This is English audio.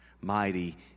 Mighty